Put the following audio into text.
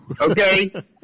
Okay